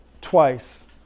twice